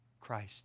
Christ